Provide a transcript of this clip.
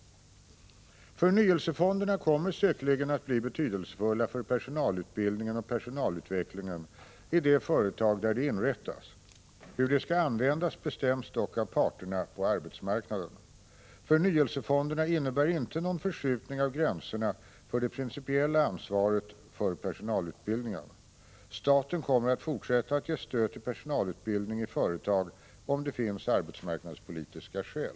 Förnyelsefonderna kommer säkerligen att bli betydelsefulla för personalutbildningen och personalutvecklingen i de företag där de inrättas. Hur de skall användas bestäms dock av parterna på arbetsmarknaden. Förnyelsefonderna innebär inte någon förskjutning av gränserna för det principiella ansvaret för personalutbildningen. Staten kommer att fortsätta att ge stöd till personalutbildning i företag om det finns arbetsmarknadspolitiska skäl.